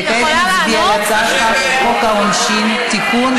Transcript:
כעת נצביע על הצעת חוק העונשין (תיקון,